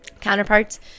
counterparts